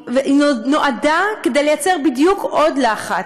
נועדה ליצור בדיוק עוד לחץ,